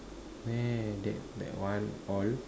that that one all